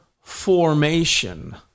formation